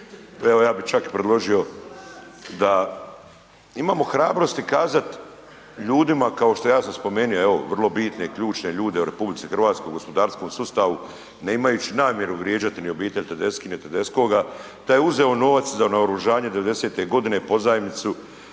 Evo ja bih čak i predložio da imamo hrabrosti kazat ljudima kao što ja sam spomenu evo vrlo bitne i ključne ljude u RH gospodarskom sustavu ne imajući namjeru vrijeđati ni obitelj Tedeschi, ni Tedeschoga da je uzeo novac za naoružanje '90. godine, pozajmicu